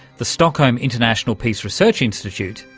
the stockholm international peace research institute,